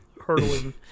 hurtling